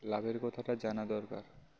লাভের কথাটা জানা দরকার